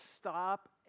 stop